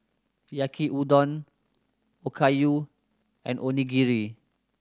Yaki Udon Okayu and Onigiri